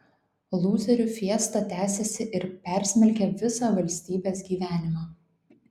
lūzerių fiesta tęsiasi ir persmelkia visą valstybės gyvenimą